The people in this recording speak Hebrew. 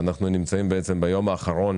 אנחנו נמצאים ביום האחרון